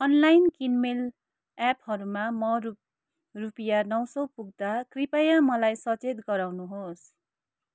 online किनमेल एपहरूमा म रु रुपियाँ नौ सौ पुग्दा कृपया मलाई सचेत गराउनुहोस्